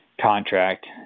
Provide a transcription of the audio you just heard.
contract